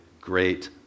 great